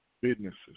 businesses